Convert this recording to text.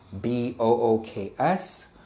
B-O-O-K-S